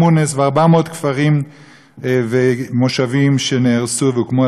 ו-400 כפרים ומושבים שנהרסו והוקמו עליהם קיבוצים,